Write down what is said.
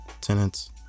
Tenants